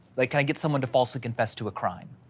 like can i get someone to falsely confessed to a crime?